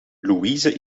louise